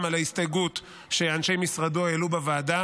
על ההסתייגות שאנשי משרדו העלו בוועדה,